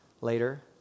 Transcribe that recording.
later